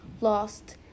lost